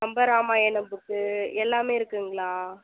Kambaramayanam book எல்லாமே இருக்குங்களா